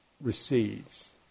recedes